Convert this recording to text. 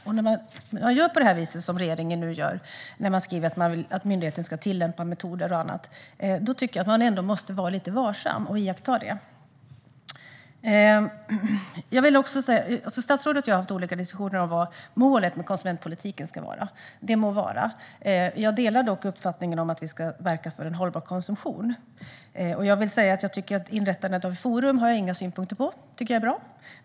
När man gör på det vis som regeringen nu gör när den skriver att myndigheten ska tillämpa metoder och annat måste man ändå vara lite varsam och iaktta det. Statsrådet och jag har haft olika diskussioner om vad målet med konsumentpolitiken ska vara. Det må vara. Jag delar dock uppfattningen att vi ska verka för en hållbar konsumtion. Jag har inga synpunkter på inrättande av ett forum. Det tycker jag är bra.